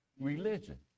religion